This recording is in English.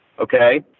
Okay